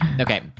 Okay